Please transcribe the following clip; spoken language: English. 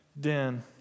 den